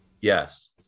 Yes